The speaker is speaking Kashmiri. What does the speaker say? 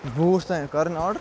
بہٕ اوس تام کَرٕنۍ آرڈَر